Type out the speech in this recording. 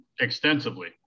Extensively